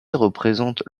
représente